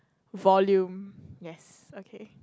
volume yes okay